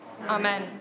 amen